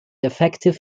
effective